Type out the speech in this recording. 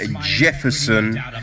Jefferson